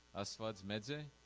asvadz medz e